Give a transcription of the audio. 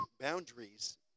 boundaries